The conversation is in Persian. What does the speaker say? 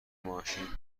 ماشین